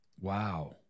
Wow